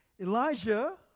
Elijah